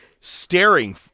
Staring